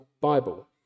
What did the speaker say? Bible